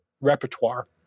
repertoire